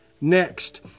Next